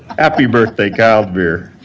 happy birthday, kyle debeer.